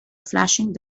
flashing